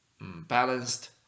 balanced